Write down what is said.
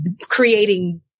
creating